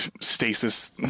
stasis